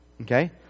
Okay